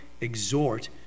exhort